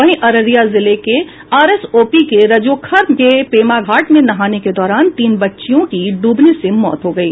वहीं अररिया जिले के आरएस ओपी के रजोखर के पेमाधार में नहाने के दौरान तीन बच्चियों की डूबने से मौत हो गयी